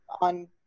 on